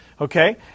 Okay